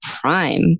Prime